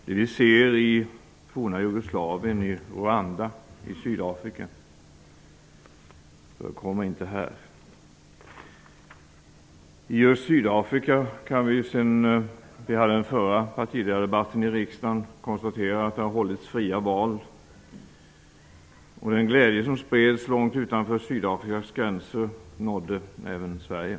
Det vi ser i forna Jugoslavien, i Rwanda, i Sydafrika förekommer inte här. Sedan vi hade den förra partiledardebatten i riksdagen har det hållits fria val i just Sydafrika. Den glädje som spreds långt utanför Sydafrikas gränser nådde även Sverige.